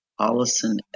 allison